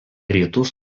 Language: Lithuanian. rytus